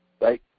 Right